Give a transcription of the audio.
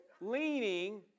leaning